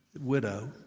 widow